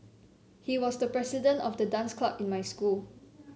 he was the president of the dance club in my school